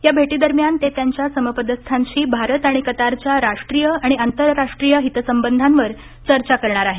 या भेटीदरम्यान ते त्यांच्या समपदास्थांशी भारत आणि कतारच्या राष्ट्रीय आणि आंतरराष्ट्रीय हितसंबंधावर चर्चा करणार आहेत